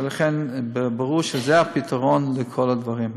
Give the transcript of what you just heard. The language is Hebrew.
ולכן ברור שזה הפתרון לכל הדברים.